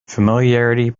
familiarity